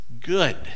good